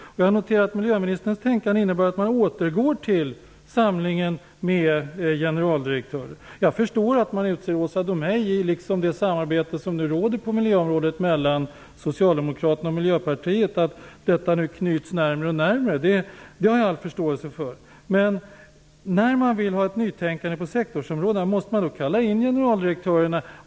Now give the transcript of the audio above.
Jag noterar att miljöministerns tänkande innebär att man återgår till samlingen med generaldirektörer. Jag har all förståelse för att Åsa Domeij har utsetts i det samarbete som knyts närmare och närmare mellan Socialdemokraterna och Miljöpartiet. Men när man vill ha ett nytänkande på sektorsområdena, måste generaldirektörerna då kallas in?